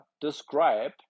describe